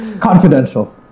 Confidential